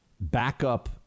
backup